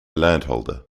landholder